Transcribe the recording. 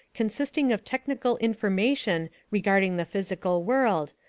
consisting of technical information regarding the physical world,